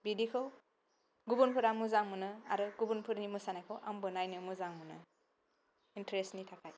बिदिखौ गुबुनफोरा मोजां मोनो आरो गुबुनफोरनि मोसानायखौ आंबो नायनो मोजां मोनो इनत्रेसनि थाखाय